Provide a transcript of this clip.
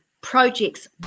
projects